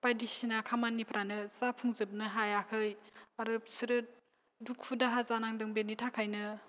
बायदिसिना खामानिफ्रानो जाफुंजोबनो हायाखै आरो बिसोरो दुखु दाहा जानांदों बेनि थाखायनो